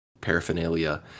paraphernalia